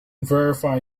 verify